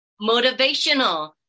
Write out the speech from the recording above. motivational